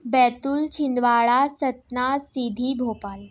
Betul Chhindwara Satna Sidhi Bhopal